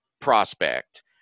prospect